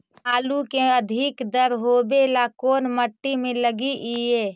आलू के अधिक दर होवे ला कोन मट्टी में लगीईऐ?